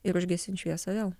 ir užgesint šviesą vėl